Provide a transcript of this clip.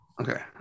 Okay